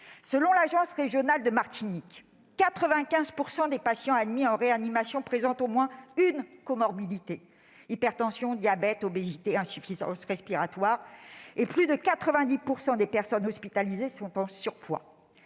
Selon l'agence régionale de santé de Martinique, 95 % des patients admis en réanimation présentent au moins une comorbidité- hypertension, diabète, obésité, insuffisance respiratoire -et plus de 90 % des personnes hospitalisées sont en surpoids.